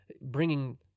Bringing